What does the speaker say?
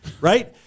Right